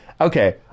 Okay